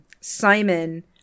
Simon